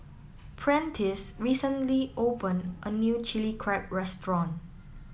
Prentice recently opened a new Chilli Crab Restaurant